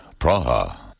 Praha